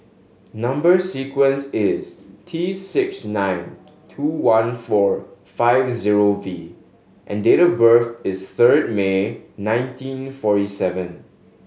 number sequence is T six nine two one four five zero V and date of birth is third May nineteen forty seven